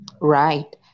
Right